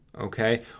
okay